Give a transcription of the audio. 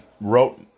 wrote